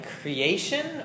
creation